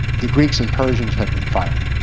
the greeks and persians had been fighting.